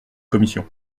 commission